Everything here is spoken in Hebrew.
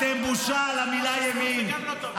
אתם בושה למילה ימין.